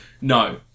no